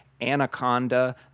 Anaconda